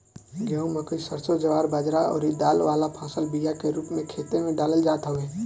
गेंहू, मकई, सरसों, ज्वार बजरा अउरी दाल वाला फसल बिया के रूप में खेते में डालल जात हवे